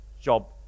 job